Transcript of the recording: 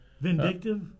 Vindictive